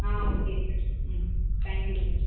ஆ okay sir ம் thank you sir